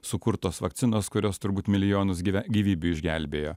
sukurtos vakcinos kurios turbūt milijonus gyve gyvybių išgelbėjo